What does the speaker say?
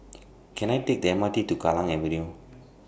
Can I Take The M R T to Kallang Avenue